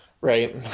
Right